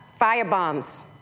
firebombs